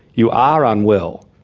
you are unwell.